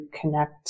connect